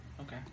Okay